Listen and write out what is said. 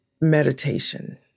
meditation